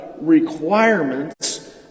requirements